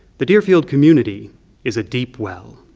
the deerfield community is a deep well.